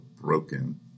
broken